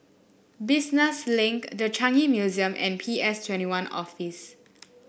Business Link The Changi Museum and P S Twenty One Office